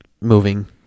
moving